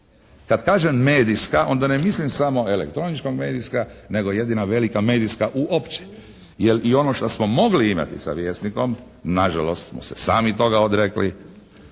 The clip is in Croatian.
Kad kažem medijska, onda ne mislim samo elektroničko-medijska nego jedina velika medijska uopće. Jer i ono što smo mogli imati sa Vjesnikom na žalost smo se sami toga odrekli.